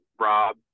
Rob